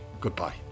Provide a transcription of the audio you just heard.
Goodbye